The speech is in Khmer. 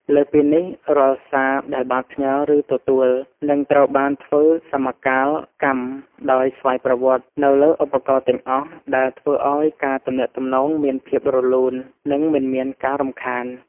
លើសពីនេះ រាល់សារដែលបានផ្ញើ ឬទទួល នឹងត្រូវបានធ្វើសមកាលកម្មដោយស្វ័យប្រវត្តិនៅលើឧបករណ៍ទាំងអស់ ដែលធ្វើឱ្យការទំនាក់ទំនងមានភាពរលូន និងមិនមានការរំខាន។